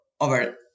over